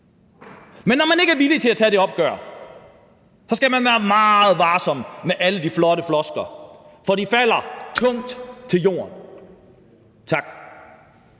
Men når man ikke er villig til at tage det opgør, skal man være meget varsom med alle de flotte floskler, for de falder tungt til jorden. Tak.